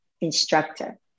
instructor